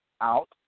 Out